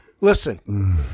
Listen